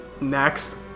Next